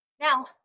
Now